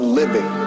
living